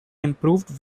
improved